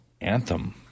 anthem